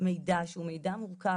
מידע שהוא מידע מורכב,